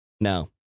No